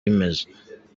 imeze